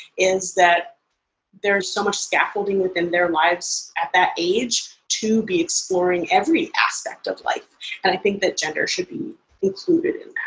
is that there's so much scaffolding within their lives at that age to be exploring every aspect of life and i think that gender should be included in